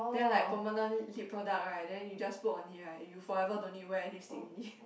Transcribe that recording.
then like permanent lip product right then you just put on it right you forever don't need to wear lipstick already